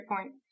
point